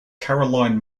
caroline